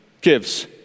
gives